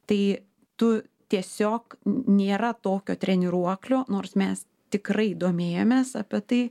tai tu tiesiog nėra tokio treniruoklio nors mes tikrai domėjomės apie tai